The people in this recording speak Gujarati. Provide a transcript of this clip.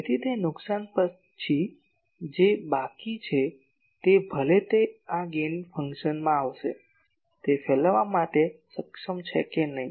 તેથી તે નુકસાન પછી જે બાકી છે તે ભલે તે આ ગેઇન ફંક્શનમાંથી આવશે તે ફેલાવવા માટે સક્ષમ છે કે નહીં